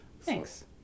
Thanks